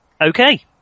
Okay